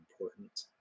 important